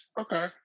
okay